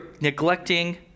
neglecting